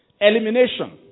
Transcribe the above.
Elimination